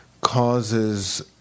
causes